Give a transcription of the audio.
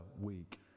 week